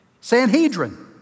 Sanhedrin